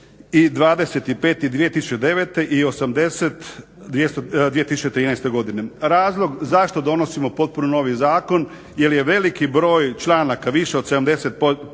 i 25/2009. i 80/2013. godine. Razlog zašto donosimo potpuno novi zakon jer je veliki broj članaka, više od 70%